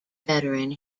veteran